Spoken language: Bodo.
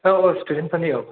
औ औ स्टुदेन्तफोरनि औ